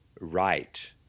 right